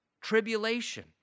tribulation